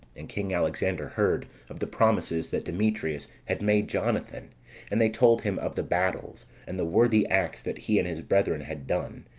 and king alexander heard of the promises that demetrius had made jonathan and they told him of the battles, and the worthy acts that he and his brethren had done,